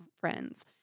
friends